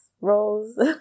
roles